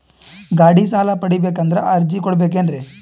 ಗಾಡಿ ಸಾಲ ಪಡಿಬೇಕಂದರ ಅರ್ಜಿ ಕೊಡಬೇಕೆನ್ರಿ?